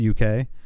UK